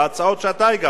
בהצעות שאתה הגשת,